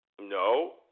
No